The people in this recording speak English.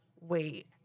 wait